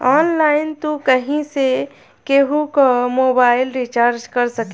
online तू कहीं से केहू कअ मोबाइल रिचार्ज कर सकेला